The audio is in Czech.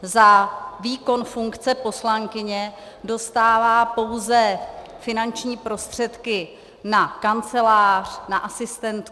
Za výkon funkce poslankyně dostává pouze finanční prostředky na kancelář, na asistentku atd.